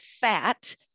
fat